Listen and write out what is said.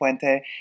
Puente